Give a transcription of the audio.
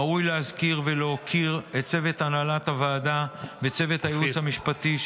ראוי להזכיר ולהוקיר את צוות הנהלת הוועדה ואת צוות הייעוץ המשפטי,